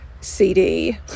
CD